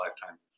lifetime